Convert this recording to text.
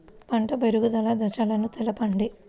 పంట పెరుగుదల దశలను తెలపండి?